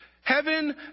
Heaven